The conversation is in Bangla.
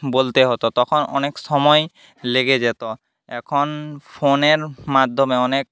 বলতে হতো তখন অনেক সময় লেগে যেত এখন ফোনের মাধ্যমে অনেক